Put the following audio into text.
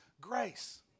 grace